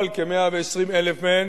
אבל כ-120,000 מהם